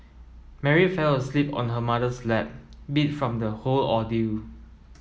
Mary fell asleep on her mother's lap beat from the whole ordeal